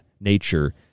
nature